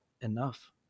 enough